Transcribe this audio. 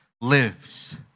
lives